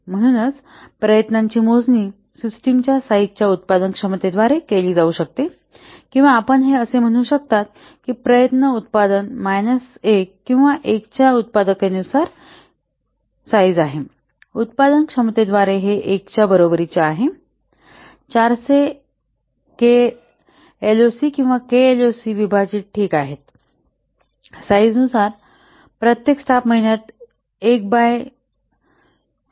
म्हणून प्रयत्नाची मोजणी सिस्टमच्या साईझच्या उत्पादनक्षमतेद्वारे केली जाऊ शकते किंवा आपण असे म्हणू शकता की प्रयत्न उत्पादन मायनस 1 किंवा 1 च्या उत्पादकतेनुसार साईझ आहे उत्पादनक्षमतेद्वारे हे 1 च्या बरोबरीचे आहे 400 एलओसी किंवा केएलओसी विभाजित ठीक आहे साईजनुसार प्रत्येक स्टाफ महिन्यात 1 बाय 0